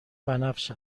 بنفش